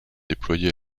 déployées